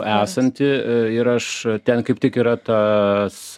esanti ir aš ten kaip tik yra tas